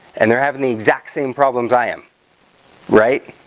and they're having the exact same problems i am right,